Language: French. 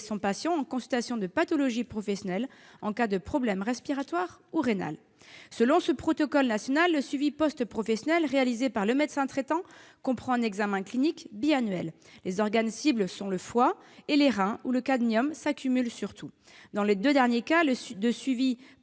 son patient en consultation de pathologie professionnelle en cas de problème respiratoire ou rénal. Selon ce protocole national, le suivi post-professionnel réalisé par le médecin traitant comprend un examen clinique bisannuel ; les organes cibles sont le foie et les reins, où le cadmium s'accumule surtout. Dans les deux derniers cas de suivi